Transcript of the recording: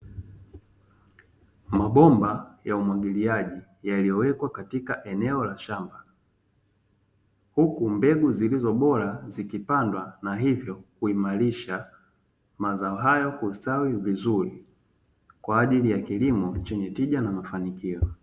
Mabomba ya umwagiliaji yaliyowekwa katika eneo la shamba, huku mbegu zilizo bora zikipandwa, na hivyo, kuimarisha mazao hayo kustawi vizuri, kwa ajili ya kilimo chenye tija na mafanikio.